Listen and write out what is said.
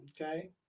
Okay